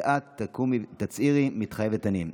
ואת תקומי ותצהירי "מתחייבת אני".